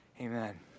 amen